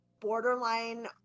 borderline